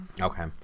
Okay